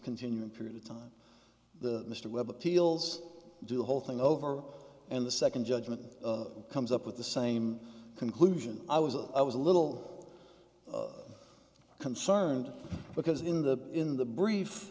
continuing period of time the mr webb appeals do the whole thing over and the second judgment comes up with the same conclusion i was a i was a little concerned because in the in the brief